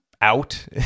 out